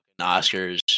Oscars